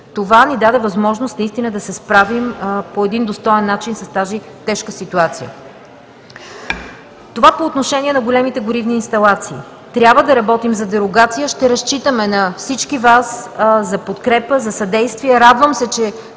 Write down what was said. Това ни даде възможност наистина да се справим по достоен начин с тази тежка ситуация. Това по отношение на големите горивни инсталации. Трябва да работим за дерогация. Ще разчитаме на всички Вас за подкрепа, за съдействие. Радвам се, че